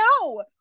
no